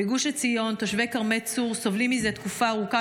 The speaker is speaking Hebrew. בגוש עציון תושבי כרמי צור סובלים מזה תקופה ארוכה